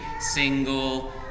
single